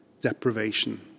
deprivation